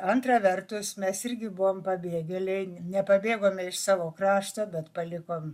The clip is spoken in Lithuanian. antra vertus mes irgi buvom pabėgėliai nepabėgome iš savo krašto bet palikom